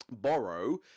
borrow